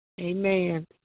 Amen